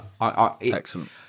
Excellent